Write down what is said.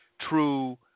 true